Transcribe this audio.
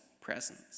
presence